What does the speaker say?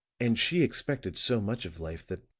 and she expected so much of life that